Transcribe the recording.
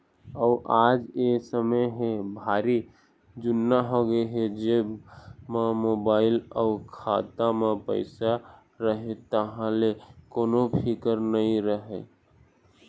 अउ आज ए समे ह भारी जुन्ना होगे हे जेब म मोबाईल अउ खाता म पइसा रहें तहाँ ले कोनो फिकर नइ रहय